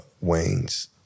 Wayne's